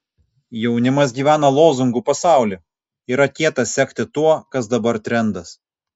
jaunimas gyvena lozungų pasauly yra kieta sekti tuo kas dabar trendas